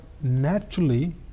naturally